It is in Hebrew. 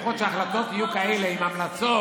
לפחות שההחלטות יהיו כאלה עם המלצות